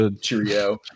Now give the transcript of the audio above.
cheerio